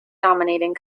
dominating